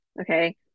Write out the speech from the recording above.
Okay